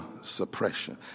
suppression